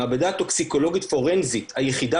המעבדה הטוקסיקולוגית פורנזית היחידה